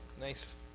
Nice